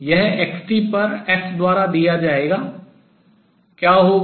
यह x t पर f द्वारा दिया जाएगा क्या होगा